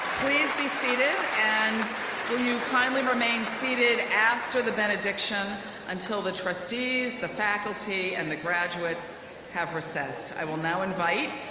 please be seated and will you kindly remain seated after the benediction until the trustees, the faculty, and the graduates have recessed. i will now invite